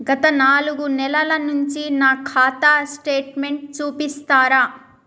గత నాలుగు నెలల నుంచి నా ఖాతా స్టేట్మెంట్ చూపిస్తరా?